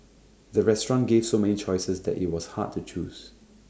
the restaurant gave so many choices that IT was hard to choose